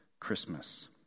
Christmas